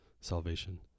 salvation